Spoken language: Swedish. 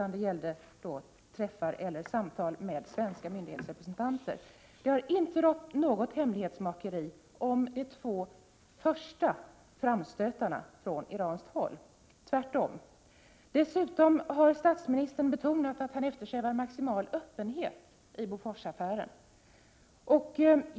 Nu gällde det sammanträffanden med svenska myndighetsrepresentanter. Det har inte rått något hemlighetsmakeri om de två första framstötarna från iranskt håll, tvärtom. Dessutom har statsministern betonat att han eftersträvar maximal öppenhet i Boforsaffären.